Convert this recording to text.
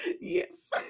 Yes